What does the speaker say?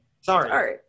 Sorry